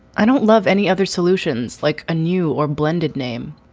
i don't love any other solutions like a new or blended name.